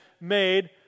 made